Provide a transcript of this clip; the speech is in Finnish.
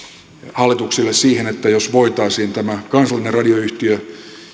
hallituksille siihen että jos voitaisiin tämä kansallinen radioyhtiö